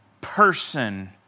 person